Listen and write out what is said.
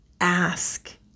ask